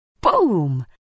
Boom